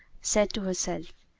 said to herself,